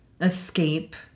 escape